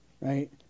right